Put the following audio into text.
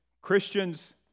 Christians